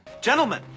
Gentlemen